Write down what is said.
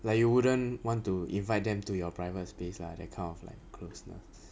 like you wouldn't want to invite them to your private space lah that kind of like closeness